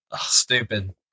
Stupid